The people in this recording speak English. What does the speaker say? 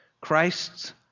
Christ's